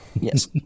yes